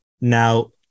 Now